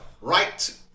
right